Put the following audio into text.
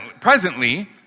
presently